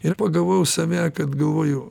ir pagavau save kad galvoju